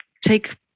take